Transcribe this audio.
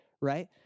Right